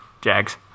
Jags